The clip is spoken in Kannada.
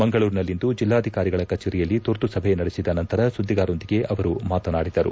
ಮಂಗಳೂರಿನಲ್ಲಿಂದು ಜಿಲಾಧಿಕಾರಿಗಳ ಕಚೇರಿಯಲ್ಲಿ ತುರ್ತುಸಭೆ ನಡೆಸಿದ ನಂತರ ಸುದ್ನಿಗಾರರೊಂದಿಗೆ ಅವರು ಮಾತನಾಡಿದರು